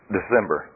December